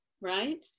right